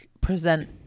present